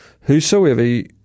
Whosoever